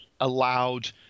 allowed